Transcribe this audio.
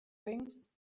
wings